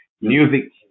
music